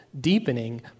deepening